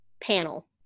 panel